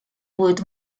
будет